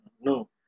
no